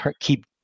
keep